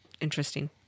Interesting